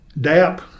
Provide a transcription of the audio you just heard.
DAP